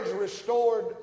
restored